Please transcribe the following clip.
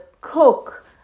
cook